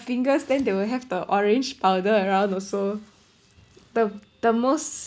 fingers then they will have the orange powder around also the the most